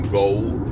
gold